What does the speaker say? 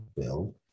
build